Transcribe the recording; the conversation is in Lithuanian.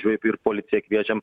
šiaip ir policiją kviečiam